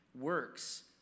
works